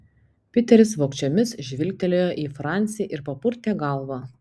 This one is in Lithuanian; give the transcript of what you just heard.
piteris vogčiomis žvilgtelėjo į francį ir papurtė galvą